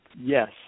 yes